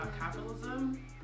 capitalism